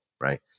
right